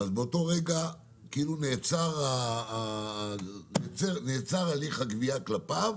באותו רגע נעצר הליך הגבייה כלפיו